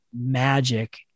magic